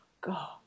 God